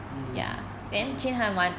mm uh